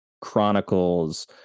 chronicles